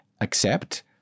accept